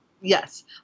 Yes